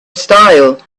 style